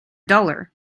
duller